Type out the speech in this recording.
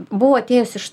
buvau atėjus iš